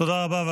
תודה רבה.